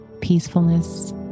peacefulness